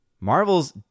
Marvel's